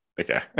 Okay